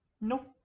Nope